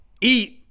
eat